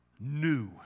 new